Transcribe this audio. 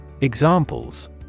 Examples